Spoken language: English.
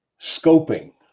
scoping